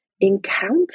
encounter